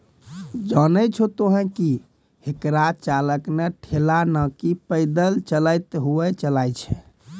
जानै छो तोहं कि हेकरा चालक नॅ ठेला नाकी पैदल चलतॅ हुअ चलाय छै